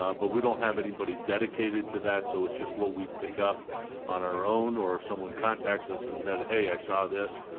um but we don't have anybody dedicated to that, so it's just what we pick up on our own or in someone contacts us and says, hey, i saw this,